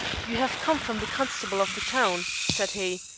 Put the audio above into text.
you have come from the constable of the town, said he,